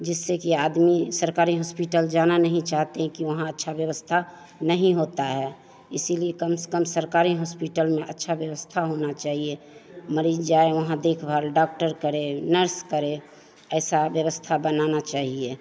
जिससे कि आदमी सरकारी हॉस्पिटल जाना नहीं चाहते कि वहाँ अच्छी व्यवस्था नहीं होती है इसीलिए कम से कम सरकारी हॉस्पिटल में अच्छी व्यवस्था होनी चाहिए मरीज़ जाए वहाँ देखभाल डॉक्टर करे नर्स करे ऐसी व्यवस्था बनानी चाहिए